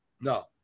No